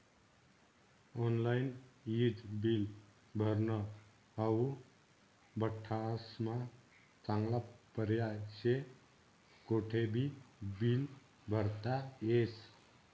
online ईज bill भरनं हाऊ बठ्ठास्मा चांगला पर्याय शे, कोठेबी बील भरता येस